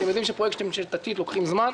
אתם יודעים שפרויקטים של תשתית לוקחים זמן.